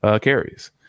carries